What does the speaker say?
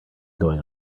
going